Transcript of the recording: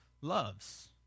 loves